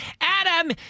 Adam